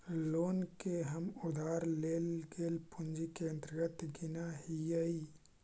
loan के हम उधार लेल गेल पूंजी के अंतर्गत गिनऽ हियई